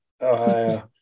Ohio